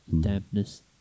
dampness